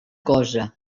cosa